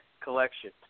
collection